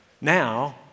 Now